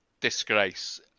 disgrace